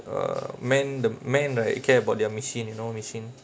uh man the man right care about their machine you know machine